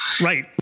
right